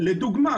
לדוגמה.